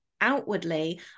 outwardly